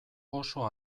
oso